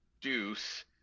deuce